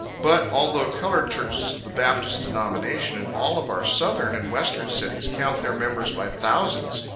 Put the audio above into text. but, although colored churches of the baptist denomination in all of our southern and western cities count their members by thousands,